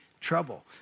trouble